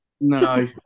No